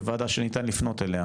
כוועדה שניתן לפנות אליה,